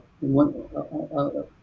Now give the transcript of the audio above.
one